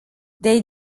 they